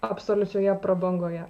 absoliučioje prabangoje